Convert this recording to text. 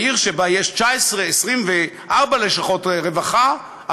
העיר שבה יש 24 לשכות רווחה,